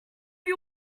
you